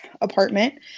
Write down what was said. apartment